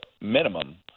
minimum